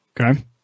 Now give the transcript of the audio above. Okay